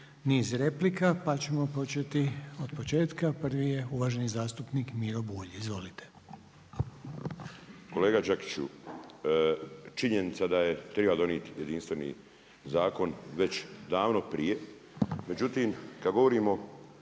niz replika. Pa ćemo početi od početka. Prvi je uvaženi zastupnik Miro Bulj. Izvolite. **Bulj, Miro (MOST)** Kolega Đakiću, činjenica da je treba donijeti jedinstveni zakon već davno prije, međutim kad govorimo